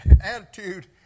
attitude